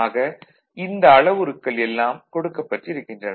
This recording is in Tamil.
ஆக இந்த அளவுருக்கள் எல்லாம் கொடுக்கப்பட்டிருக்கின்றன